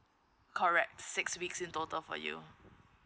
correct six weeks in total for you